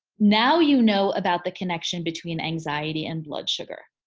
now you know about the connection between anxiety and blood sugar,